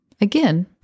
Again